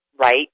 right